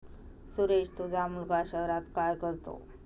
सुरेश तुझा मुलगा शहरात काय करतो